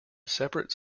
separate